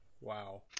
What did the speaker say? Wow